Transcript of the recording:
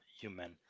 human